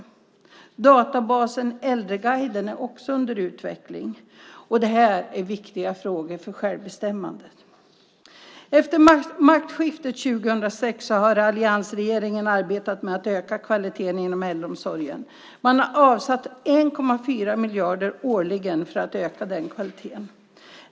Också databasen Äldreguiden är under utveckling. Dessa frågor är viktiga för självbestämmandet. Efter maktskiftet 2006 har alliansregeringen arbetat med att öka kvaliteten inom äldreomsorgen. Regeringen har avsatt 1,4 miljarder årligen för att öka den kvaliteten.